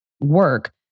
work